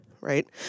right